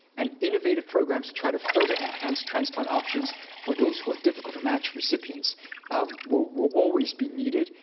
and innovative programs to try to further enhance transplant options for those who are difficult-to-match recipients um will will always be needed.